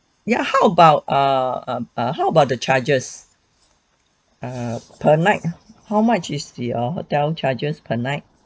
ya how about uh uh how about the charges err per night ah how much is the hotel charges per night